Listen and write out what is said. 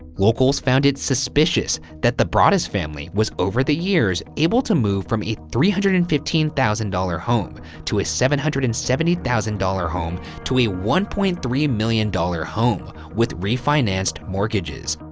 locals found it suspicious that the broaddus family was over the years able to move from a three hundred and fifteen thousand dollars home to a seven hundred and seventy thousand dollars home to a one point three million dollars home with refinanced mortgages.